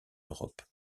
europe